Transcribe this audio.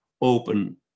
open